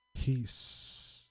Peace